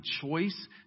choice